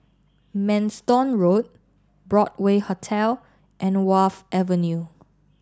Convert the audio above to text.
Manston Road Broadway Hotel and Wharf Avenue